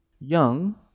young